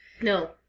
No